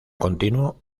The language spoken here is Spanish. continuo